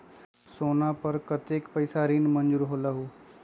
सोना पर कतेक पैसा ऋण मंजूर होलहु?